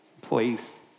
Please